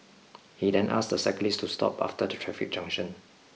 he then asked the cyclist to stop after the traffic junction